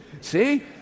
See